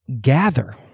Gather